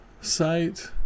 site